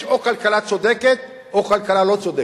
יש או כלכלה צודקת או כלכלה לא צודקת,